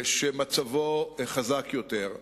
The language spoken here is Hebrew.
שמצבו חזק יותר.